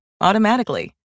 automatically